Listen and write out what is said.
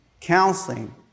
counseling